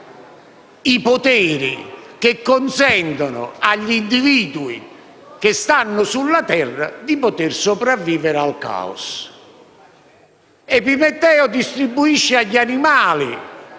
i poteri che consentono agli individui che stanno sulla terra di poter sopravvivere al caos. Epimeteo fa tale distribuzione agli animali: